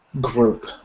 group